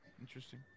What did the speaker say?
Interesting